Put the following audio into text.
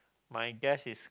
my guess is